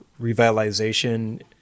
revitalization